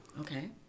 Okay